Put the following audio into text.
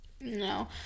no